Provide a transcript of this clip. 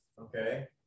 Okay